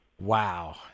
Wow